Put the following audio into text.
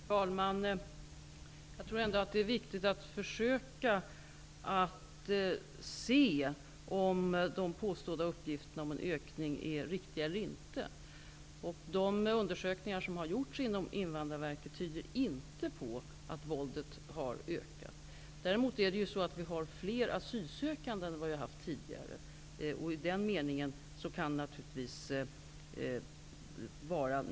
Herr talman! Jag tror att det är viktigt att försöka ta reda på om de påstådda uppgifterna om en ökning av våldet på flyktingförläggningar är riktiga eller inte. De undersökningar som har gjorts inom Invandrarverket tyder inte på att våldet har ökat. Däremot har vi fler asylsökande än tidigare, och därför kan våldet naturligtvis ha ökat.